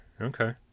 okay